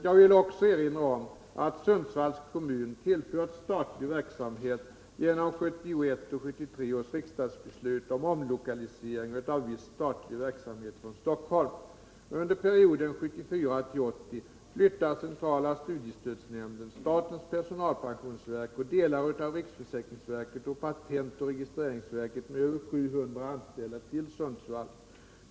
Jag vill också erinra om att Sundsvalls kommun tillförts statlig verksamhet genom 1971 och 1973 års riksdagsbeslut om omlokalisering av viss statlig verksamhet från Stockholm. Under perioden 1974-1980 flyttar centrala ringsverket och patentoch registreringsverket med över 700 anställda till Sundsvall.